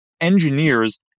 engineers